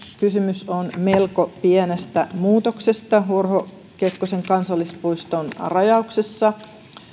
kysymys on melko pienestä muutoksesta urho kekkosen kansallispuiston rajauksessa